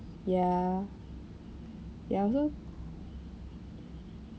ya ya so